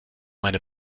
meine